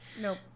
Nope